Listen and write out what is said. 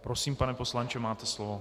Prosím, pane poslanče, máte slovo.